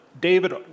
David